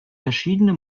verschiedene